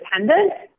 independent